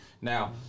Now